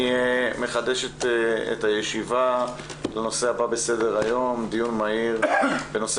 אני פותח את הישיבה בנושא הבא בסדר-היום: דיון מהיר בנושא: